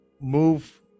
move